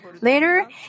Later